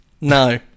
No